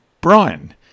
Brian